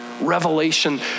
Revelation